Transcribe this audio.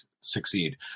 succeed